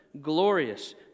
glorious